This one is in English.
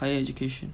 higher education